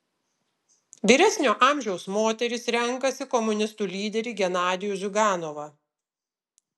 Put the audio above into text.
vyresnio amžiaus moterys renkasi komunistų lyderį genadijų ziuganovą